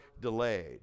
delayed